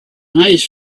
eyes